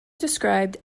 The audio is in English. described